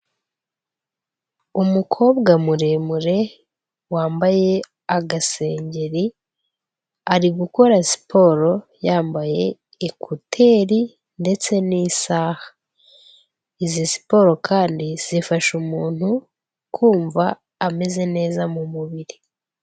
Umukobwa muremure wambaye agasengeri ari gukora siporo yambaye ekuteri ndetse n'isaha, izi siporo kandi zifasha umuntu kumva ameze neza mu mubiri.